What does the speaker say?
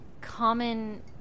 common